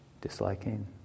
disliking